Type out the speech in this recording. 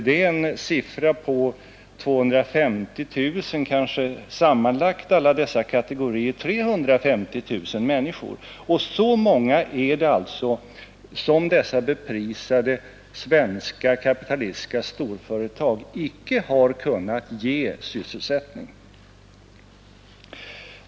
Det är en siffra på 250 000, kanske med alla dessa kategorier sammanlagt 350 000 människor. Så många är det alltså som dessa beprisade svenska kapitalistiska storföretag icke har kunnat ge sysselsättning.